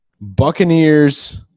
Buccaneers